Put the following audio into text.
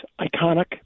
iconic